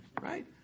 Right